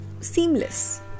seamless